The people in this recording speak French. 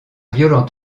violent